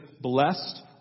blessed